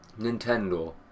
Nintendo